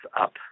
up